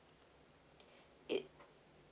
it